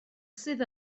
sydd